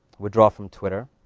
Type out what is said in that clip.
withdraw from twitter.